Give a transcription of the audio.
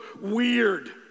weird